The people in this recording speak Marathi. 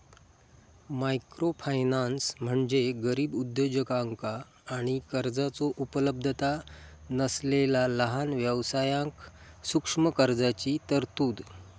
मायक्रोफायनान्स म्हणजे गरीब उद्योजकांका आणि कर्जाचो उपलब्धता नसलेला लहान व्यवसायांक सूक्ष्म कर्जाची तरतूद